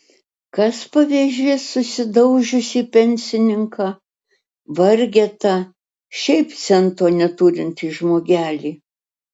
kas pavėžės susidaužiusį pensininką vargetą šiaip cento neturintį žmogelį